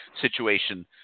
situation